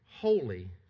holy